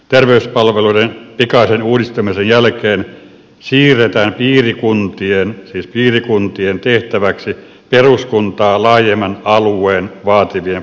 terveyspalveluiden pikaisen uudistamisen jälkeen siirretään piirikuntien siis piirikuntien tehtäväksi peruskuntaa laajemman alueen vaativien palveluiden tuottaminen